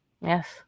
Yes